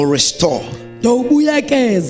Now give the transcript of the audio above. restore